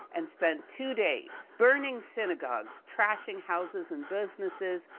and, spent two days burning synagogues, trashing houses and businesses,